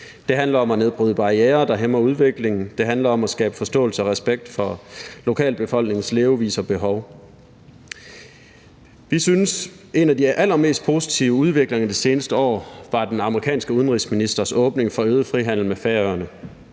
Det handler om at nedbryde barrierer, der hæmmer udviklingen. Det handler om at skabe forståelse og respekt for lokalbefolkningens levevis og behov. Vi synes, at en af de allermest positive udviklinger det seneste år var den amerikanske udenrigsministers åbning for øget frihandel med Færøerne.